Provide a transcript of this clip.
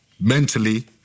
mentally